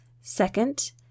Second